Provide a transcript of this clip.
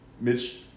Mitch